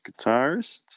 guitarist